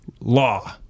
law